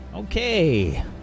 Okay